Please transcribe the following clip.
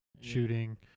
shooting